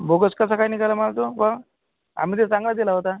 bogus कसं काय निघाला माल तो बुवा आम्ही तर चांगला दिला होता